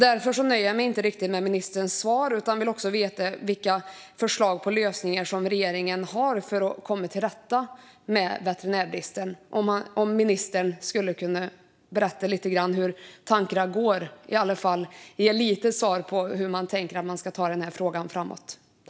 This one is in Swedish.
Därför nöjer jag mig inte riktigt med ministerns svar, utan jag vill också veta vilka förslag på lösningar som regeringen har för att komma till rätta med veterinärbristen. Skulle ministern kunna berätta lite om hur tankarna går och ge i alla fall ett litet svar på hur man tänker att man ska ta den här frågan framåt?